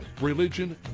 religion